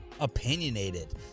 opinionated